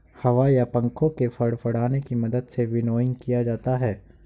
हवा या पंखों के फड़फड़ाने की मदद से विनोइंग किया जाता है